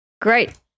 Great